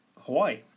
hawaii